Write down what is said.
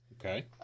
Okay